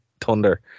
Thunder